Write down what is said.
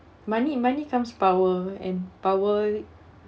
money money comes power and power